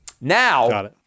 Now